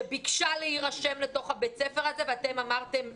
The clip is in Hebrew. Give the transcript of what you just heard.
שביקשה להירשם לתוך בית הספר הזה ואתם אמרתם,